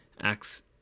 Acts